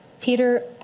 Peter